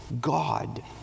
God